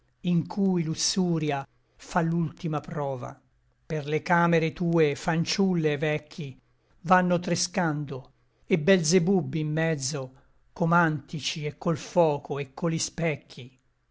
in cui luxuria fa l'ultima prova per le camere tue fanciulle et vecchi vanno trescando et belzebub in mezzo co mantici et col foco eccoli specchi